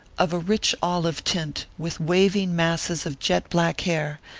of a rich olive tint, with waving masses of jet-black hair,